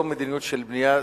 לא מדיניות של בנייה,